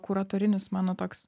kuratorinis mano toks